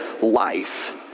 life